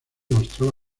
mostraba